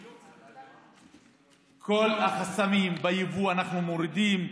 את כל החסמים ביבוא אנחנו מורידים.